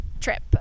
trip